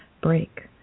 break